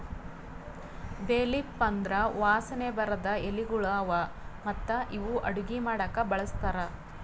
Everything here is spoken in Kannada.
ಬೇ ಲೀಫ್ ಅಂದುರ್ ವಾಸನೆ ಬರದ್ ಎಲಿಗೊಳ್ ಅವಾ ಮತ್ತ ಇವು ಅಡುಗಿ ಮಾಡಾಕು ಬಳಸ್ತಾರ್